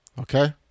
Okay